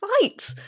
fight